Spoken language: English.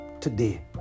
today